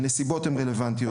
הנסיבות הן רלוונטיות,